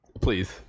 Please